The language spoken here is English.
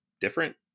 different